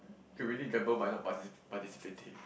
she really gamble by not partici~ not participating